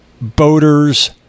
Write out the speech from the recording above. boaters